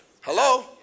Hello